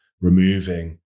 removing